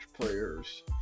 players